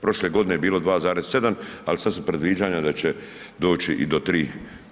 Prošle godine je bilo 2,7, al sad su predviđanja da će doći i do 3,